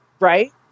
Right